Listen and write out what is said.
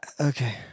okay